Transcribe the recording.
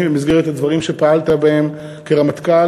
במסגרת הדברים שפעלת בהם כרמטכ"ל.